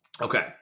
okay